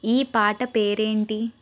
ఈ పాట పేరేంటి